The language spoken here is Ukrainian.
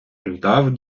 ждав